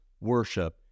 worship